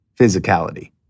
Physicality